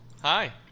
hi